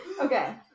okay